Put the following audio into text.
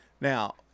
Now